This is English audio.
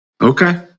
Okay